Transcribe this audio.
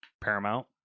Paramount